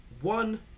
one